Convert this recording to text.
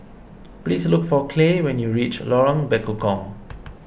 please look for Clay when you reach Lorong Bekukong